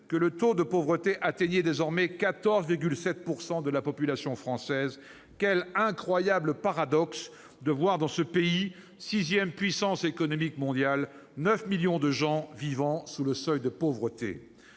que le taux de pauvreté atteignait désormais 14,7 % de la population française. Quel incroyable paradoxe de compter dans ce pays, sixième puissance économique mondiale, 9 millions de gens vivant sous le seuil de pauvreté